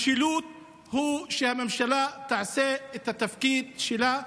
המשילות היא שהממשלה תעשה את התפקיד שלה.